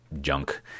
junk